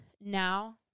now